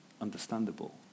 understandable